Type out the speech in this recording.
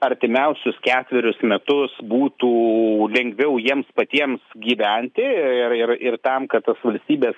artimiausius ketverius metus būtų lengviau jiems patiems gyventi ir ir ir tam kad tas valstybės